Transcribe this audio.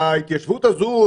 וההתיישבות הזו,